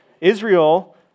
Israel